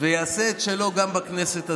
ויעשה את שלו גם בכנסת הזו.